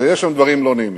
ויש שם דברים לא נעימים.